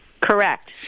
Correct